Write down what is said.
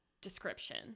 description